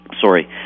Sorry